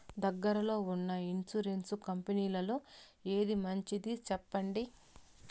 దగ్గర లో ఉన్న ఇన్సూరెన్సు కంపెనీలలో ఏది మంచిది? సెప్పండి?